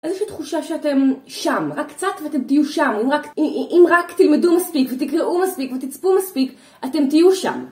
איזושהי תחושה שאתם שם. רק קצת ואתם תהיו שם, אם רק תלמדו מספיק ותקראו מספיק ותצפו מספיק, אתם תהיו שם.